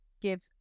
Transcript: give